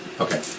Okay